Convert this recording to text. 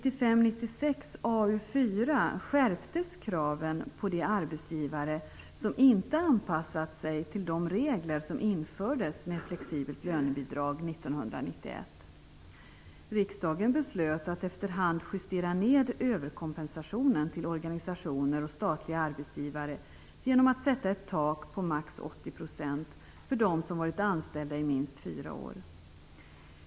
I betänkande 1995/96:A4 skärptes kraven på de arbetsgivare som inte hade anpassat sig till de regler som 1991 infördes med ett flexibelt lönebidrag. Riksdagen beslöt att efter hand justera ned överkompensationen till organisationer och statliga arbetsgivare genom att sätta ett tak på maximalt 80 % för dem som varit anställda i minst fyra år.